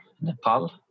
nepal